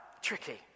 tricky